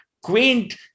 quaint